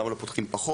או למה לא פותחים פחות.